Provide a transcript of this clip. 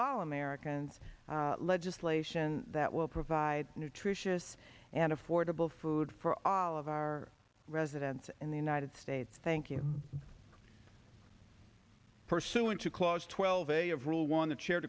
all americans legislation that will provide nutritious and affordable food for all of our residents in the united states thank you pursuant to clause twelve a of we want to chair